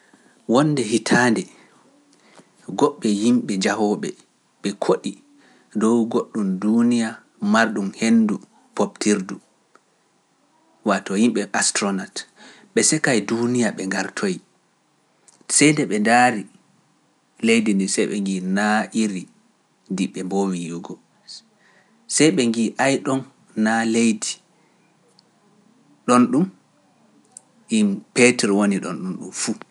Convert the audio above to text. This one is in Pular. Wonde hitaande goɓɓe yimɓe jahooɓe ɓe koɗi dow goɗɗum duuniya marɗum henndu pooptirdu waato yimɓe astronaute ɓe seekay duuniya ɓe mboomii yugo, sey ɓe ngi ay ɗon na leydi ɗon ɗum, Petru woni ɗon ɗum fuu.